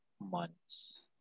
months